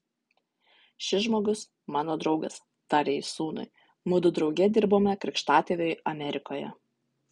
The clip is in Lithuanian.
šis žmogus mano draugas tarė jis sūnui mudu drauge dirbome krikštatėviui amerikoje